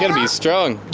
and be strong